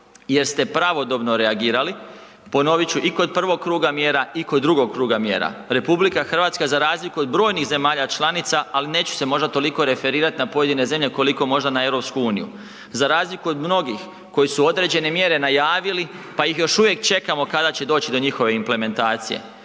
jer ste pravodobno reagirali. Ponovit ću, i kod prvog kruga mjera i kod drugog kruga mjera. RH za razliku od brojnih zemalja članica, ali neću se možda toliko referirat na pojedine zemlje koliko možda na EU, za razliku od mnogih koji su određene mjere najavili, pa ih još uvijek čekamo kada će doći do njihove implementacije.